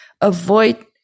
avoid